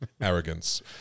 arrogance